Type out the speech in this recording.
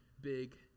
big